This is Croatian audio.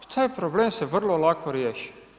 Taj problem se vrlo lako riješi.